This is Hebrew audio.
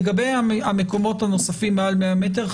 לגבי המקומות הנוספים מעל 100 מטר,